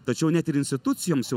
tačiau net ir institucijoms jau